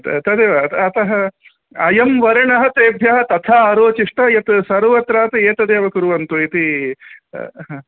त तदेव अतः अयं वर्णः तेभ्यः तथा आरोचिष्टा यत् सर्वत्रात् एतदेव कुर्वन्तु इति हा